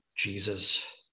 Jesus